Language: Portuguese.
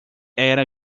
era